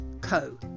co